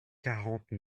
quarante